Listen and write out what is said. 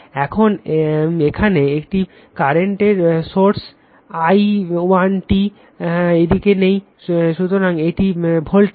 এখন এখানে একটি কারেন্টের সোর্স হলো i 1 t এদিকে নেই সুতরাং এটি ভোল্টেজ